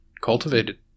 cultivated